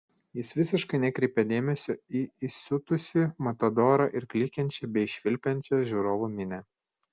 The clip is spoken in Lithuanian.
jis visiškai nekreipė dėmesio į įsiutusį matadorą ir klykiančią bei švilpiančią žiūrovų minią